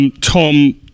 Tom